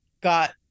got